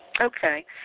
Okay